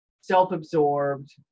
self-absorbed